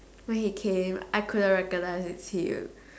when he came I couldn't recognize him